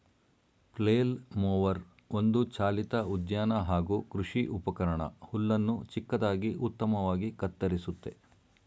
flail mower ಒಂದು ಚಾಲಿತ ಉದ್ಯಾನ ಹಾಗೂ ಕೃಷಿ ಉಪಕರಣ ಹುಲ್ಲನ್ನು ಚಿಕ್ಕದಾಗಿ ಉತ್ತಮವಾಗಿ ಕತ್ತರಿಸುತ್ತೆ